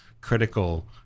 critical